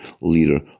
leader